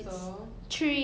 what is crystal